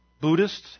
Buddhists